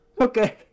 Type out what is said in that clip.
okay